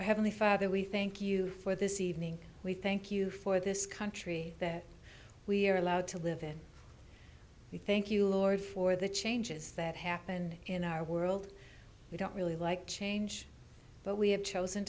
heavenly father we thank you for this evening we thank you for this country that we are allowed to live in we thank you lord for the changes that happen in our world we don't really like change but we have chosen